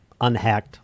unhacked